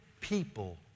people